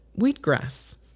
wheatgrass